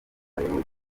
bayobora